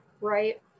right